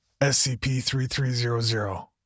SCP-3300